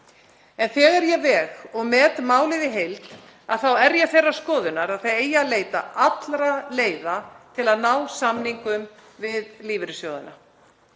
En þegar ég veg og met málið í heild þá er ég þeirrar skoðunar að það eigi að leita allra leiða til að ná samningum við lífeyrissjóðina.